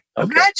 Okay